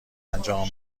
انجام